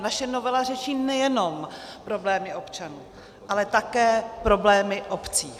Naše novela řeší nejenom problémy občanů, ale také problémy obcí.